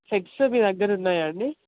sets మీ దగ్గర ఉన్నాయా అండి